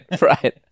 Right